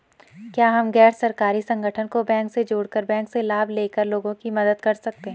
क्या हम गैर सरकारी संगठन को बैंक से जोड़ कर बैंक से लाभ ले कर लोगों की मदद कर सकते हैं?